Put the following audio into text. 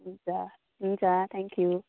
हुन्छ हुन्छ thank you